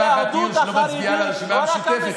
למה משפחת הירש לא מצביעה לרשימה המשותפת?